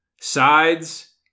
sides